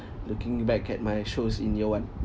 looking back at my shows in year one